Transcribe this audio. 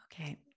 Okay